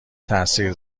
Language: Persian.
تاثیر